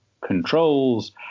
controls